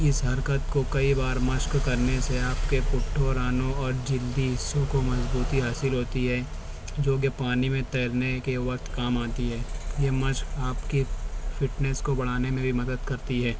اس حرکت کو کئی بار مشق کرنے سے آپ کے پٹھوں رانوں اور جلدی حصوں کو مضبوطی حاصل ہوتی ہے جوکہ پانی میں تیرنے کے وقت کام آتی ہے یہ مشق آپ کے فٹنیس کو بڑھانے میں بھی مدد کرتی ہے